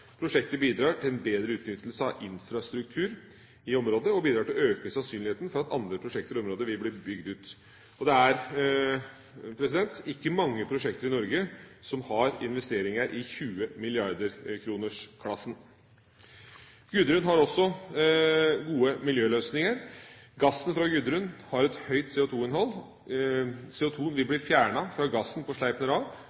Prosjektet bidrar til en bedre utnyttelse av infrastruktur i området, og bidrar til å øke sannsynligheten for at andre prosjekter i området vil bli bygd ut. Det er ikke mange prosjekter i Norge som har investeringer i 20 mrd. kr-klassen. Gudrun har også gode miljøløsninger. Gassen fra Gudrun har et høyt CO2-innhold. CO2-en vil